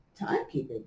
timekeeping